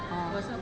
oh